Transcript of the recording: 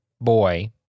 boy